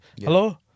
Hello